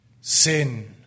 Sin